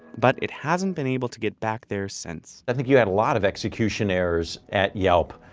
but it hasn't been able to get back there since. i think you had a lot of execution errors at yelp.